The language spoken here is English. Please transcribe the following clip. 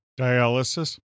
dialysis